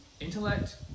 Intellect